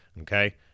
okay